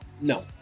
No